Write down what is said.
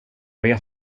vet